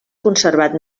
conservat